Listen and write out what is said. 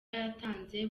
yatanze